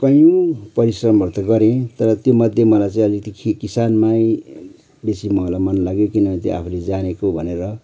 कयौँ परिश्रमहरू त गरेँ तर त्योमध्ये मलाई चाहिँ खेत किसानमा बेसी मन लाग्यो किनकि त्यो आफूले त्यो जानेको भनेर